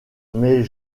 mes